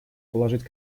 положить